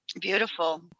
Beautiful